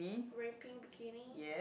wearing pink bikini